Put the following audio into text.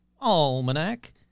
Almanac